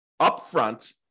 upfront